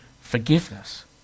forgiveness